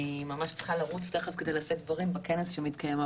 אני ממש צריכה לרוץ תיכף כדי לשאת דברים בכנס שמתקיים,